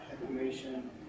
information